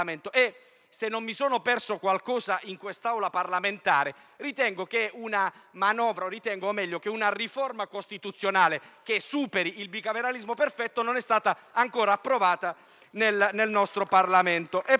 Se non mi sono perso qualcosa in quest'Aula parlamentare, ritengo che una riforma costituzionale che superi il bicameralismo perfetto non sia stata ancora approvata nel nostro Parlamento.